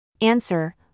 Answer